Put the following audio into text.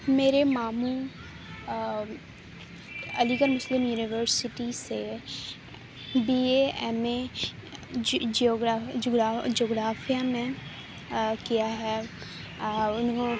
میرے ماموں Aligarh Muslim University B A M A اے جغرافیہ میں کیا ہے انہوں